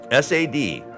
SAD